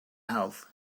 health